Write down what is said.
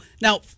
Now